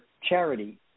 charity